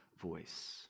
voice